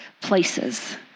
places